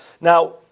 Now